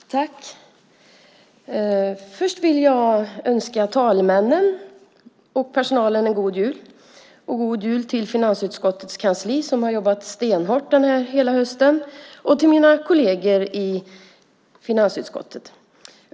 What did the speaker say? Fru talman! Först vill jag önska talmännen och personalen en god jul. God jul också till finansutskottets kansli som har jobbat stenhårt hela hösten och till mina kolleger i finansutskottet.